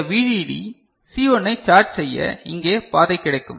இந்த VDD C1 ஐ charge செய்ய இங்கே பாதை கிடைக்கும்